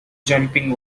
jumping